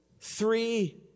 three